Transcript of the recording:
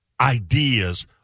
ideas